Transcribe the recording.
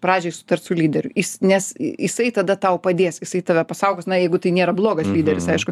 pradžioj sutart su lyderiu nes jisai tada tau padės jisai tave pasaugos na jeigu tai nėra blogas lyderis aišku